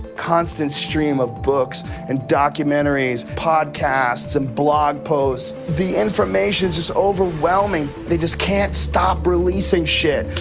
constant stream of books and documentaries, podcasts and blog posts. the information's just overwhelming. they just can't stop releasing shit.